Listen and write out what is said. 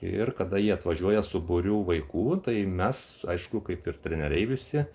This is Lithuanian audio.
ir kada jie atvažiuoja su būriu vaikų tai mes aišku kaip ir treneriai visi